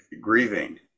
grieving